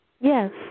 Yes